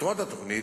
מטרות התוכנית: